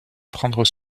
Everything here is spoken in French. prendre